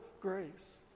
grace